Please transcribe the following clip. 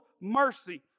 mercy